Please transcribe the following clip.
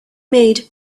made